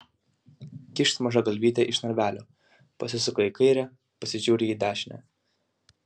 kyšt maža galvytė iš narvelio pasisuka į kairę pasižiūri į dešinę